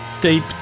deep